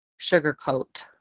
sugarcoat